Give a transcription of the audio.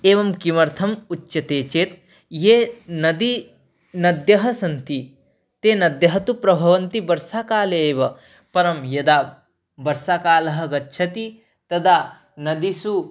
एवं किमर्थम् उच्यते चेत् ये नदी नद्यः सन्ति ते नद्यः तु प्रभवन्ति वर्षाकाले एव परं यदा वर्षाकालः गच्छति तदा नदीषु